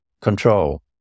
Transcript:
control